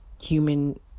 human